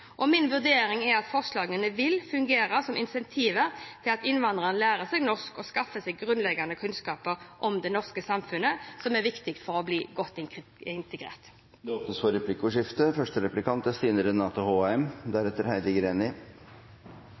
Min vurdering er at forslagene vil fungere som incentiver til at innvandrere lærer norsk og skaffer seg grunnleggende kunnskaper om det norske samfunnet – som er viktig for å bli godt integrert. Det blir replikkordskifte. Jeg er glad for